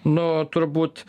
nu turbūt